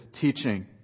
teaching